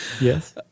Yes